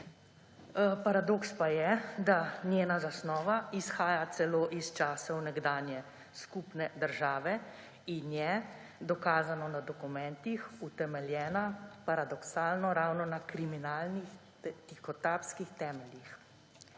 Paradoks pa je, da njena zasnova izhaja celo iz časov nekdanje skupine države in je − dokazano na dokumentih – utemeljena, paradoksalno, ravno na kriminalnih tihotapskih temeljih.